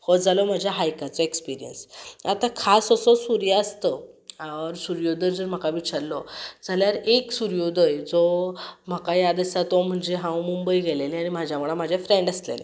हो जालो म्हाज्या हायकाचो एक्स्पिऱ्यंस आतां खास असो सुर्यास्त सुर्योदर जर म्हाका विचारलो जाल्यार एक सुर्योदय जो म्हाका याद आसा तो म्हणजे हांव मुंबय गेलेलें आनी म्हाज्या वांगडा म्हाजें फ्रँड आसलेलें